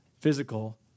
physical